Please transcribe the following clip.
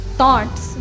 thoughts